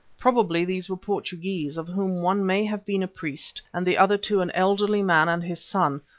probably these were portuguese, of whom one may have been a priest and the other two an elderly man and his son,